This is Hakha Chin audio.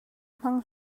hmang